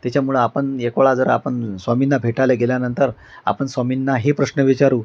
त्याच्यामुळं आपण एकवेळा जर आपण स्वामींना भेटायला गेल्यानंतर आपण स्वामींना हे प्रश्न विचारू